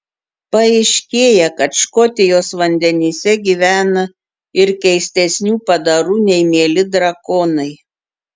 paaiškėja kad škotijos vandenyse gyvena ir keistesnių padarų nei mieli drakonai